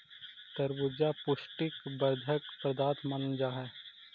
तरबूजा पुष्टि वर्धक पदार्थ मानल जा हई